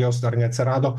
jos dar neatsirado